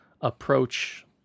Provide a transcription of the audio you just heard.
approach